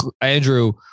Andrew